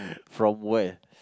from where